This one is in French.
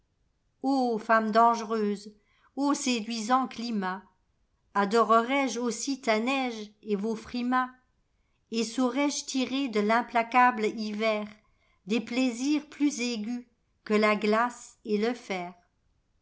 femme dangereuse ô séduisants climats ladorerai je aussi ta neige et vos frimas et saurai-je tirer de l'implacable hiverdes plaisirs plus aigus que la glace et le fer